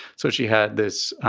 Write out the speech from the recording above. so she had this